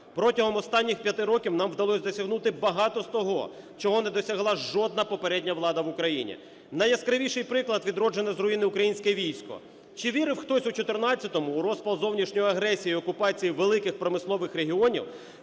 Протягом останніх 5 років нам вдалося досягнути багато з того, чого не досягла жодна попередня влада в Україні. Найяскравіший приклад – відроджене з руїни українське військо. Чи вірив хтось у 14-му, у розпал зовнішньої агресії окупації великих промислових регіонів,